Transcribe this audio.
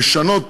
לשנות